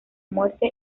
muerte